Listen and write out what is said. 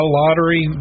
lottery